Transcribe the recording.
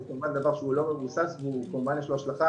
זה כמובן דבר לא מבוסס וכמובן יש לו השלכה